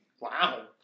Wow